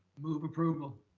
move approval.